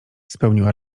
spełniła